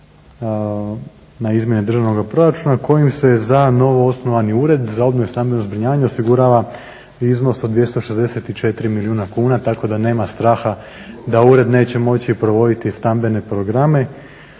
na izmjene državnog proračuna kojim se za novo osnovani ured za obnovu i stambeno zbrinjavanje osigurava iznos od 264 milijuna kuna tako da nema straha da ured neće moći provoditi stambene programe.